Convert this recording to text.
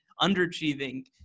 underachieving